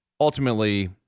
ultimately